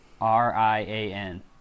R-I-A-N